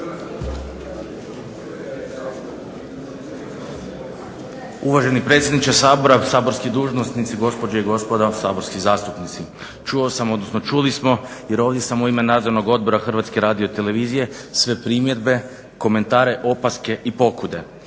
Uvaženi predsjedniče Sabora, saborski dužnosnici, gospođo i gospode saborski zastupnici. Čuo sam, odnosno čuli smo jer sam ovdje u ime Nadzornog odbora HRT-a sve primjedbe, komentare, opaske i pokude,